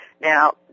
Now